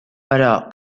però